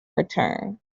return